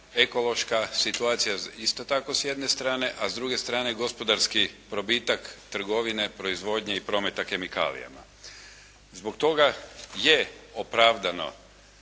ekološka situacija isto tako s jedne strane, a s druge strane gospodarski probitak trgovine, proizvodnje i prometa kemikalijama. Zbog toga je opravdano